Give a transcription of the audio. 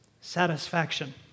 satisfaction